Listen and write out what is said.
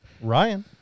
Ryan